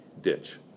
ditch